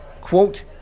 quote